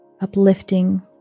uplifting